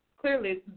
clearly